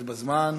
הגעת בזמן.